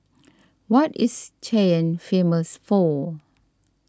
what is Cayenne famous for